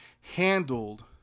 Handled